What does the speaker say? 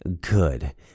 good